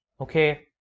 Okay